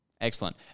Excellent